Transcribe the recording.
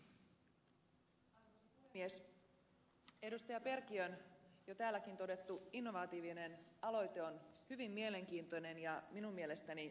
perkiön jo täälläkin todettu innovatiivinen aloite on hyvin mielenkiintoinen ja minun mielestäni kannatettava